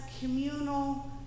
communal